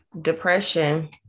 depression